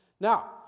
Now